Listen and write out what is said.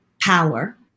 power